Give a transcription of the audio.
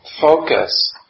focus